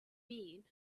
mean